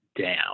down